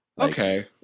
Okay